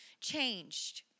changed